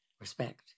respect